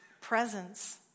presence